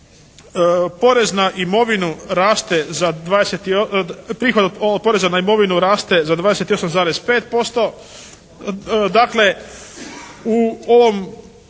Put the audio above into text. poreza na imovinu raste za 28,5%.